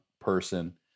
person